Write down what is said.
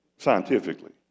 scientifically